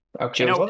Okay